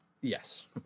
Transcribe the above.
Yes